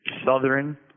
southern